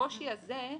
הקושי הזה,